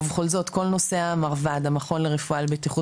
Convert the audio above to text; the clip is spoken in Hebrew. וביום השני ל-1,800,